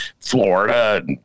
Florida